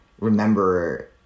remember